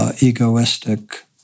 Egoistic